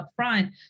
upfront